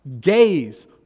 Gaze